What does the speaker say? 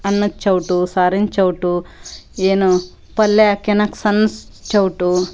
ಅನ್ನದ ಸೌಟು ಸಾರಿನ ಸೌಟು ಏನು ಪಲ್ಯ ಹಾಕ್ಯನಕ್ ಸಣ್ಣ ಸೌಟು